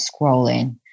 scrolling